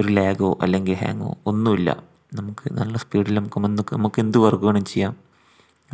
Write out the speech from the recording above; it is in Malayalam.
ഒരു ലാഗോ അല്ലെങ്കിൽ ഹാങ്ങോ ഒന്നുമില്ല നമുക്ക് നല്ല സ്പീഡിലും നമുക്ക് നമുക്ക് എന്ത് വർക്ക് വേണേലും ചെയ്യാം